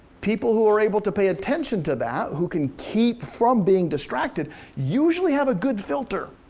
people who are able to pay attention to that, who can keep from being distracted usually have a good filter,